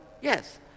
Yes